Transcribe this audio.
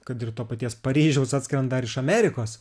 kad ir to paties paryžiaus atskrenda ar iš amerikos